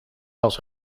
als